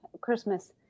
Christmas